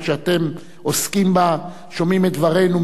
שאתם עוסקים בה: שומעים את דברינו,